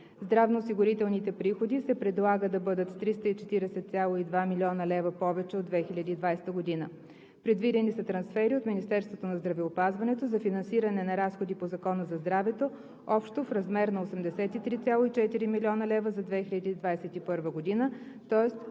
Здравноосигурителните приходи се предлага да бъдат с 340,2 млн. лв. повече от 2020 г. Предвидени са трансфери от Министерството на здравеопазването за финансиране на разходите по Закона за здравето общо в размер на 83,4 млн. лв. за 2021 г., тоест